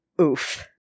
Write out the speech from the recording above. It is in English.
Oof